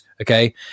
Okay